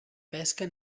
pesca